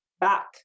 back